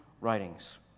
writings